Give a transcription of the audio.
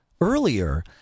earlier